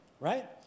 right